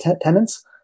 tenants